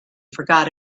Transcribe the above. forgot